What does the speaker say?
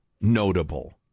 notable